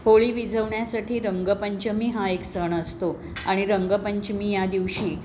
होळी विझवण्यासाठी रंगपंचमी हा एक सण असतो आणि रंगपंचमी या दिवशी